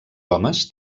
homes